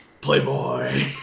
Playboy